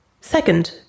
Second